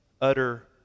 utter